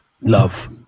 love